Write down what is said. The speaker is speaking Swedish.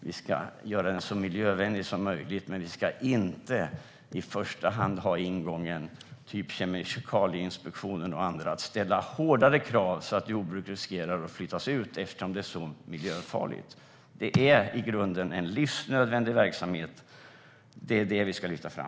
Vi ska göra den så miljövänlig som möjligt, men vi ska i första hand inte ha ingången att Kemikalieinspektionen och andra ska ställa hårdare krav så att jordbruket riskerar att flytta utomlands eftersom det är så miljöfarligt. Det är i grunden en livsnödvändig verksamhet, och det är det som vi ska lyfta fram.